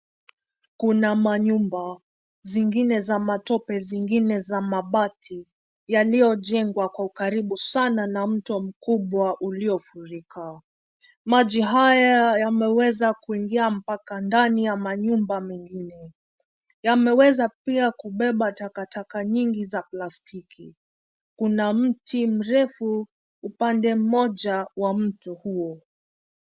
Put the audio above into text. Kuna manyumba, zingine za matope zingine za mabati, yaliyojengwa kwa ukaribu sana na mto mkubwa uliofurika. Maji haya, yameweza kuingia mpaka ndani ya manyumba mengine. Yameweza pia kubeba takataka nyingi za plastiki. Kuna mti mrefu upande mmoja, wa mtu huo.